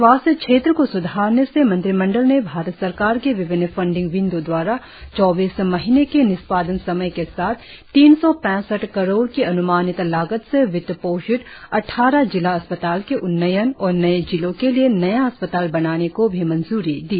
स्वास्थ्य क्षेत्र को सुधारने के उद्देश्य से मंत्रिमंडल ने भारत सरकार के विभिन्न फंडिंग विंडो द्वारा चौबीस महीने के निष्पादन समय के साथ तीन सौ पैसठ करोड़ की अन्मानित लागत से वित्त पोषित अद्वारह जिला अस्पताल के उन्नयन और नए जिलों के लिए नया अस्पताल बनाने को भी मंजूरी दी